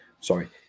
sorry